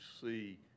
see